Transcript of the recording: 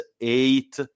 eight